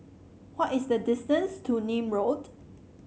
what is the distance to Nim Road